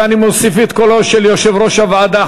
ואני מוסיף את קולו של יושב-ראש הוועדה,